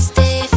Stay